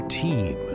team